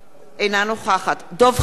אינה נוכחת דב חנין,